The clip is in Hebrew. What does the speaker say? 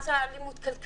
כי מה זו אלימות כלכלית?